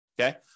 okay